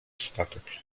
statek